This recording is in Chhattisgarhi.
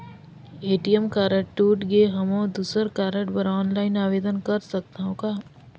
ए.टी.एम कारड टूट गे हववं दुसर कारड बर ऑनलाइन आवेदन कर सकथव का?